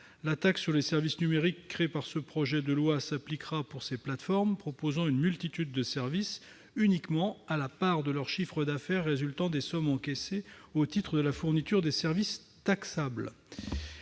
La taxe sur les services numériques créée par ce projet de loi s'appliquera pour les plateformes proposant une multitude de services uniquement à la part de leur chiffre d'affaires résultant des sommes encaissées au titre de la fourniture des services taxables.